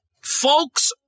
Folks